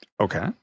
okay